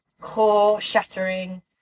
core-shattering